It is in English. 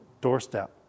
doorstep